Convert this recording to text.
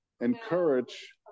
encourage